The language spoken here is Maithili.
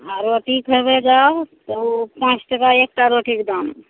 आरो अथी खयबय जब तऽ पाँच टाका एकटा रोटीके दाम